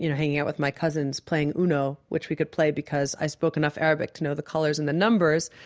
you know hanging out with my cousins playing uno which we could play because i spoke enough arabic to know the colors and the numbers,